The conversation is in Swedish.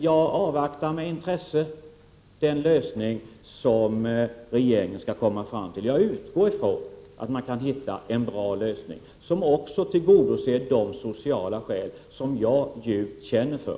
Jag avvaktar med intresse den lösning som regeringen skall komma fram till. Jag utgår från att man kan hitta en bra lösning som också tar hänsyn till de sociala skälen, som jag djupt känner för.